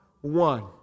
one